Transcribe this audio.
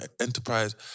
enterprise